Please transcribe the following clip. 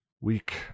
weak